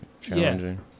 challenging